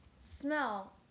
smell